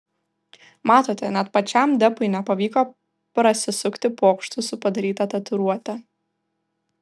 matote net pačiam depui nepavyko prasisukti pokštu su padaryta tatuiruote